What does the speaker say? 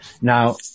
Now